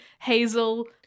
Hazel